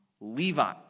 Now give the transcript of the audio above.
Levi